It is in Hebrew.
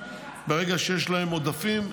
ברגע שיש להם עודפים,